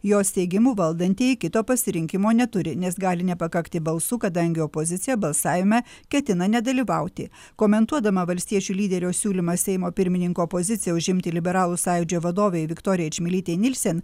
jos teigimu valdantieji kito pasirinkimo neturi nes gali nepakakti balsų kadangi opozicija balsavime ketina nedalyvauti komentuodama valstiečių lyderio siūlymą seimo pirmininko poziciją užimti liberalų sąjūdžio vadovei viktorijai čmilytei nilsen